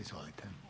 Izvolite.